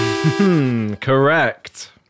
Correct